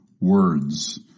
words